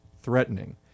threatening